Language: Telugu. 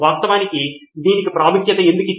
Edison వాస్తవానికి దీనికి ప్రాముఖ్యత ఎందుకు